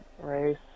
race